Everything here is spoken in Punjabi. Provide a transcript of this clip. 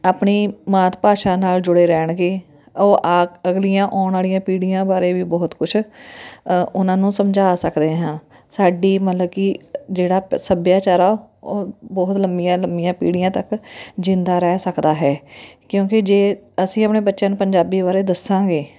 ਆਪਣੀ ਮਾਤ ਭਾਸ਼ਾ ਨਾਲ ਜੁੜੇ ਰਹਿਣਗੇ ਉਹ ਆ ਅਗਲੀਆਂ ਆਉਣ ਵਾਲੀਆਂ ਪੀੜ੍ਹੀਆਂ ਬਾਰੇ ਵੀ ਬਹੁਤ ਕੁਛ ਉਹਨਾਂ ਨੂੰ ਸਮਝਾ ਸਕਦੇ ਹਾਂ ਸਾਡੀ ਮਤਲਬ ਕਿ ਜਿਹੜਾ ਸੱਭਿਆਚਾਰ ਆ ਉਹ ਬਹੁਤ ਲੰਮੀਆਂ ਲੰਬੀਆਂ ਪੀੜ੍ਹੀਆਂ ਤੱਕ ਜਿੰਦਾ ਰਹਿ ਸਕਦਾ ਹੈ ਕਿਉਂਕਿ ਜੇ ਅਸੀਂ ਆਪਣੇ ਬੱਚਿਆਂ ਨੂੰ ਪੰਜਾਬੀ ਬਾਰੇ ਦੱਸਾਂਗੇ